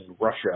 Russia